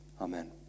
Amen